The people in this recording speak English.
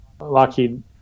Lockheed